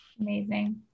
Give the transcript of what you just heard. amazing